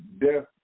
death